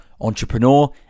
entrepreneur